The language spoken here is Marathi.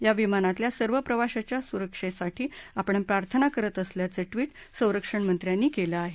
या विमानातल्या सर्व प्रवाशांच्या सुरक्षेसाठी आपण प्रार्थना करत असल्याचं ट्विट संरक्षण मंत्र्यांनी केलं आहे